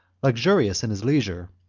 luxurious in his leisure,